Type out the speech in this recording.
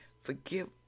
forgive